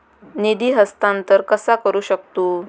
निधी हस्तांतर कसा करू शकतू?